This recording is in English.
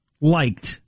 liked